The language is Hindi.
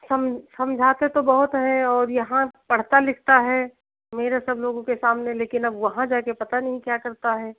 सम समझाते तो बहुत हैं और यहाँ पढ़ता लिखता है मेरे सब लोगों के सामने लेकिन अब वहाँ जाकर पता नहीं क्या करता है